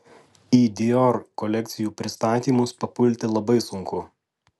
į dior kolekcijų pristatymus papulti labai sunku